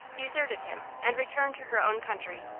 deserted him and returned to her own country,